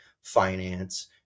finance